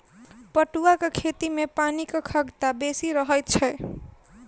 पटुआक खेती मे पानिक खगता बेसी रहैत छै